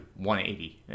180